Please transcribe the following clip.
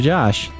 Josh